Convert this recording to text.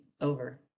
Over